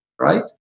right